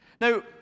Now